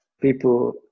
people